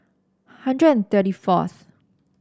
hundred thirty fourth